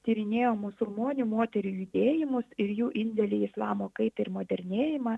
tyrinėjo musulmonių moterų judėjimus ir jų indėlį į islamo kaip ir modernėjimą